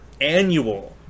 annual